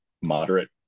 moderate